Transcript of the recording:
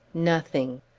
nothing!